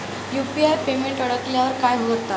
UPI payment अडकल्यावर काय करतात?